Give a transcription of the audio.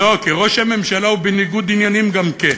לא, כי ראש הממשלה הוא בניגוד עניינים גם כן.